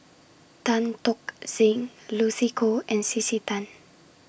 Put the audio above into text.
Tan Tock Seng Lucy Koh and C C Tan